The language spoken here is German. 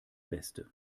beste